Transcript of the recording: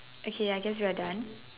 okay I guess you are done